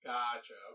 Gotcha